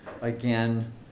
again